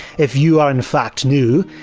if you are in fact new,